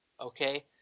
Okay